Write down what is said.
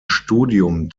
studium